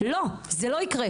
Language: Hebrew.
והיא תיענה